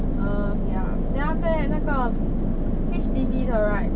um ya then after that 那个 H_D_B 的 right